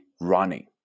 running